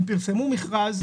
הם פרסמו מכרז,